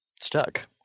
stuck